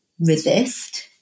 resist